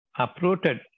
uprooted